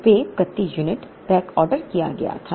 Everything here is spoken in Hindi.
रुपये प्रति यूनिट बैकऑर्डर किया गया था